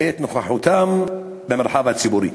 את נוכחותם במרחב הציבורי.